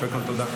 קודם כול תודה.